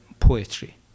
Poetry